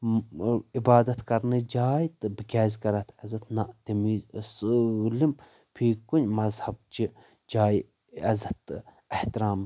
عِبادتھ کرنٕچ جاے تہٕ بہٕ کیازِ کرٕ اتھ عزتھ نہ تمہِ وِزِ ٲس سٲلم فی کُنہِ مزہب چہِ جایہِ عزت تہٕ احترام